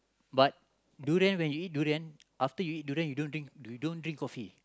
but durian when you eat durian after you eat durian you don't drink you don't drink coffee